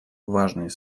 важной